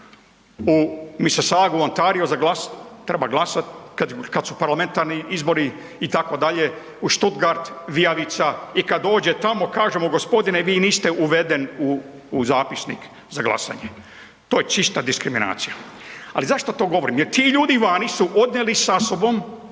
za glas, treba glasat, kad su parlamentarni izbori itd. u Stuttgart, vijavica i kad dođe tamo kažemo gospodine vi niste uveden u, u zapisnik za glasanje. To je čista diskriminacija. Ali zašto to govorim? Jer ti ljudi vani su odnijeli sa sobom